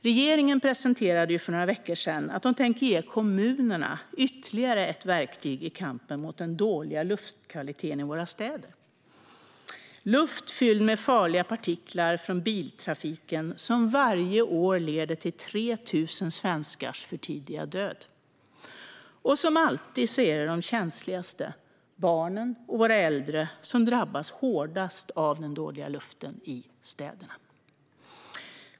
Regeringen presenterade ju för några veckor sedan ytterligare ett verktyg som den tänker ge kommunerna i kampen mot den dåliga luftkvaliteten i våra städer. Luft fylld med farliga partiklar från biltrafiken leder varje år till 3 000 svenskars förtida död. Som alltid är det de känsligaste - våra barn och våra äldre - som drabbas hårdast av den dåliga luften i städerna.